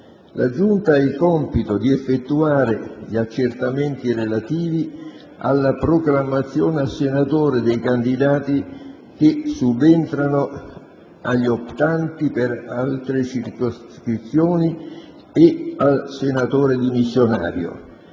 La Giunta ha il compito di effettuare gli accertamenti relativi alla proclamazione a senatore dei candidati che subentrano agli optanti per altre circoscrizioni e al senatore dimissionario.